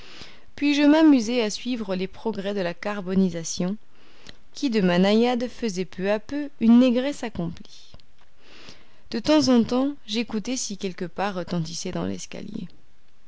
puis je m'amusai à suivre les progrès de la carbonisation qui de ma naïade faisait peu à peu une négresse accomplie de temps en temps j'écoutais si quelque pas retentissait dans l'escalier